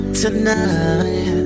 tonight